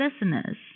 listeners